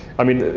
i mean,